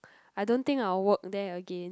I don't think I will work there again